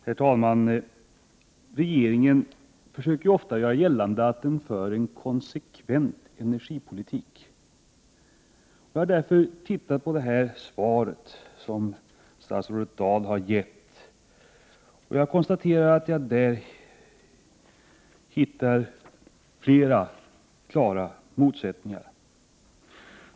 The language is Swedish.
Herr talman! Regeringen försöker ofta göra gällande att den för en konsekvent energipolitik. Jag har därför studerat det svar statsrådet Dahl har gett. Jag konstaterar att jag där hittar flera klara motsättningar.